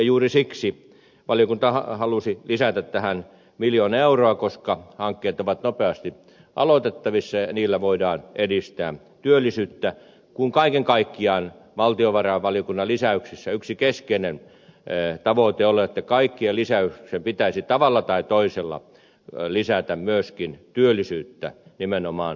juuri siksi valiokunta halusi lisätä tähän miljoona euroa koska hankkeet ovat nopeasti aloitettavissa ja niillä voidaan edistää työllisyyttä kun kaiken kaikkiaan valtiovarainvaliokunnan lisäyksissä yksi keskeinen tavoite on ollut että kaikkien lisäysten pitäisi tavalla tai toisella lisätä myöskin työllisyyttä nimenomaan kotimaassa